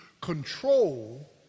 control